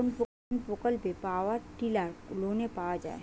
কোন প্রকল্পে power tiller লোনে পাওয়া য়ায়?